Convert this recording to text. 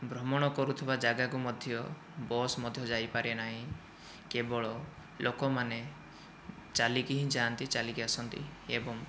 ଭ୍ରମଣ କରୁଥିବା ଯାଗାକୁ ମଧ୍ୟ ବସ ମଧ୍ୟ ଯାଇପାରେ ନାହିଁ କେବଳ ଲୋକମାନେ ଚାଲିକି ହିଁ ଯାଆନ୍ତି ଚାଲିକି ହିଁ ଆସନ୍ତି ଏବଂ